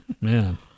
man